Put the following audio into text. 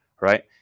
right